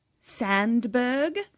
Sandberg